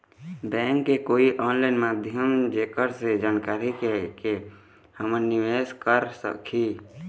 Bank के कोई online माध्यम जेकर से जानकारी के के हमन निवेस कर सकही?